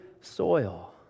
soil